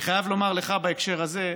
בהקשר הזה,